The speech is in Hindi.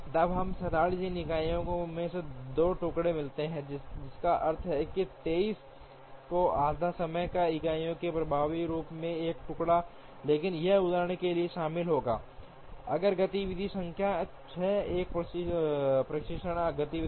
तब हमें 47 समय इकाइयों में 2 टुकड़े मिलेंगे जिसका अर्थ है कि 23 और आधा समय इकाइयों में प्रभावी रूप से एक टुकड़ा लेकिन यह उदाहरण के लिए शामिल होगा अगर गतिविधि संख्या 6 एक परीक्षण गतिविधि है